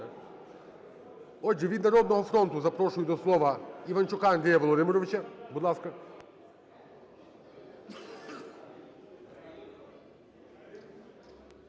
Отже, від "Народного фронту" запрошую до слова Іванчука Андрія Володимировича. Будь ласка.